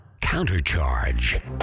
Countercharge